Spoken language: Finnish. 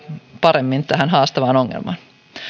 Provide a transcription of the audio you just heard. paremmin tähän haastavaan ongelmaan